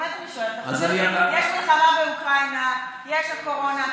באמת אני שואלת, יש מלחמה באוקראינה, יש קורונה.